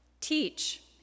teach